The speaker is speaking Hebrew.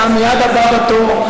אתה מייד הבא בתור.